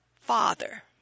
father